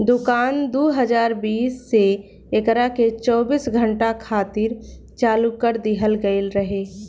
दुकान दू हज़ार बीस से एकरा के चौबीस घंटा खातिर चालू कर दीहल गईल रहे